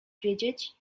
wiedzieć